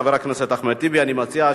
הכנסת 4 מזכירת הכנסת ירדנה מלר-הורוביץ: